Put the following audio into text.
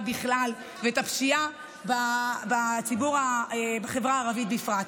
בכלל ואת הפשיעה בחברה הערבית בפרט.